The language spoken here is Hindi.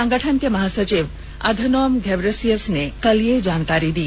संगठन के महासचिव अधानोम घेब्रेयेसस ने कल ये जानकारी दी